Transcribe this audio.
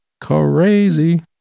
Crazy